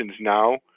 now